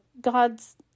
God's